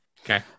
Okay